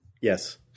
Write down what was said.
Yes